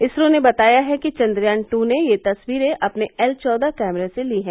इसरो ने बताया है कि चंद्रयान ट् ने ये तस्वीरें अपने एल चौदह कैमरे से ली हैं